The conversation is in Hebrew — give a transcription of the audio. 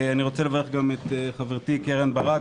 אני רוצה לברך גם את חברתי קרן ברק,